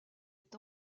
est